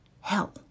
hell